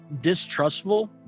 distrustful